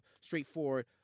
straightforward